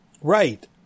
Right